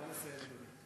נא לסיים, אדוני.